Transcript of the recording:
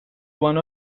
one